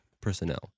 personnel